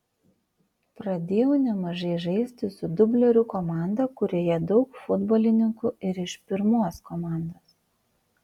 pradėjau nemažai žaisti su dublerių komanda kurioje daug futbolininkų ir iš pirmos komandos